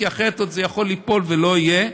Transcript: כי אחרת זה יכול ליפול ולא יהיה.